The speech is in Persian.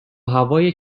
هوای